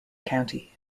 county